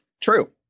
True